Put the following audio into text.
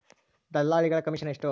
ದಲ್ಲಾಳಿಗಳ ಕಮಿಷನ್ ಎಷ್ಟು?